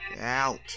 out